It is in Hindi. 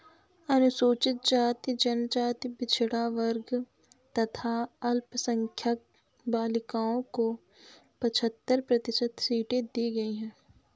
अनुसूचित जाति, जनजाति, पिछड़ा वर्ग तथा अल्पसंख्यक बालिकाओं को पचहत्तर प्रतिशत सीटें दी गईं है